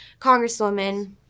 Congresswoman